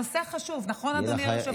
נושא חשוב, נכון, אדוני היושב-ראש?